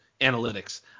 analytics